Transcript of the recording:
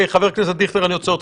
חבר הכנסת דיכטר, אני עוצר.